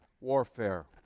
warfare